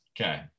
Okay